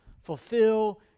fulfill